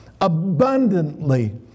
abundantly